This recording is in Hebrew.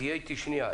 תהיה איתי שנייה.